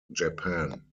japan